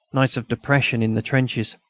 nights of depression in the trenches!